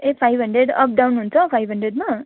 ए five hundred up down हुन्छ five हन्ड्रेडमा